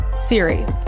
series